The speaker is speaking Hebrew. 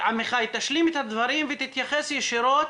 עמיחי, תשלים את הדברים ותתייחס ישירות